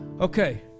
Okay